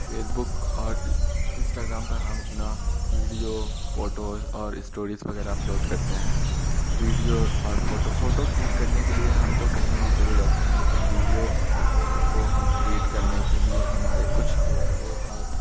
Facebook और Instagram पर हम अपना विडिओ फ़ोटो और स्टोरीज़ वग़ैरह अपलोड करते हैं विडिओ और फ़ोटो फ़ोटो क्लिक करने के लिए हम तो कही भी चले जाते हैं लेकिन विडिओ को हम क्रीऐट करने के लिए हमारे कुछ दोस्तों और